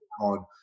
on